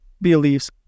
beliefs